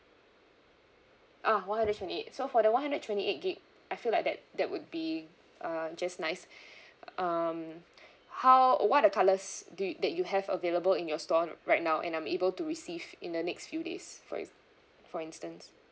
ah one hundred twenty eight so for the one hundred twenty eight gig I feel like that that would be uh just nice uh um how oh what are the colours do you that you have available in your store right now and I'm able to receive in the next few days for ins~ for instance